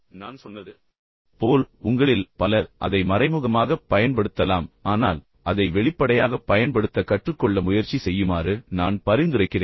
நான் சொன்னது போல் உங்களில் பலர் அதை மறைமுகமாகப் பயன்படுத்தலாம் ஆனால் அதை வெளிப்படையாகப் பயன்படுத்த கற்றுக்கொள்ள முயற்சி செய்யுமாறு நான் பரிந்துரைக்கிறேன்